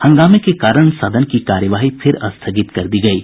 हंगामे के कारण सदन की कार्यवाही फिर स्थगित कर दी गयी